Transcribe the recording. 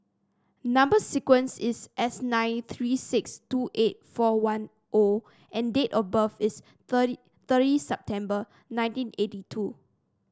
number sequence is S nine three six two eight four one O and date of birth is thirty thirty September nineteen eighty two